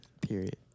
period